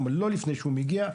לא לפני שהוא מגיע,